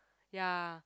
ya